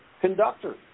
conductor